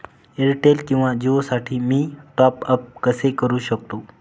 Airtel किंवा जिओसाठी मी टॉप ॲप कसे करु शकतो?